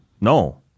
No